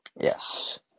Yes